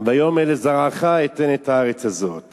ויאמר לזרעך אתן את הארץ הזאת